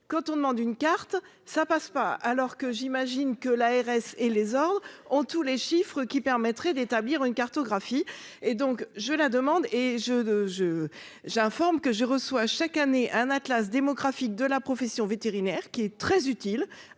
quand on demande une carte, ça passe pas alors que j'imagine que l'ARS et les ordres en tous les chiffres qui permettrait d'établir une cartographie et donc je la demande et je de je j'informe que je reçois chaque année un Atlas démographique de la profession vétérinaire qui est très utile,